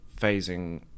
phasing